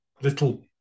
little